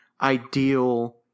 ideal